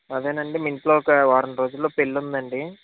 అదే అండి మీ ఇంట్లో ఒక వారం రోజులలో పెళ్ళి ఉందండి